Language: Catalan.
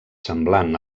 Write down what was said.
semblant